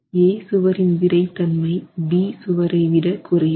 A சுவரின் விறைத்தன்மை B சுவரை விட குறைவு